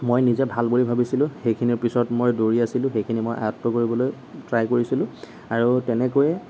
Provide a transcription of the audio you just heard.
মই নিজে ভাল বুলি ভবিছিলো সেইখিনিৰ পিছত মই দৌৰি আছিলো সেইখিনি মই আয়ত্ত্ব কৰিবলৈ ট্ৰাই কৰিছিলোঁ আৰু তেনেকৈয়ে